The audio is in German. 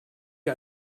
wie